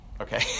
okay